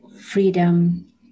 freedom